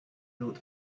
glowed